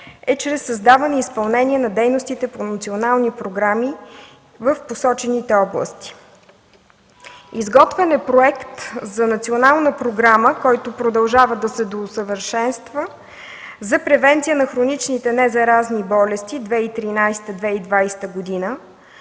е чрез създаване и изпълнение на дейностите по национални програми в посочените области. Изготвен е проект за „Национална програма”, който продължава да се доусъвършенства, „за превенция на хроничните незаразни болести 2013-2020 г.”.